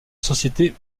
société